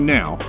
now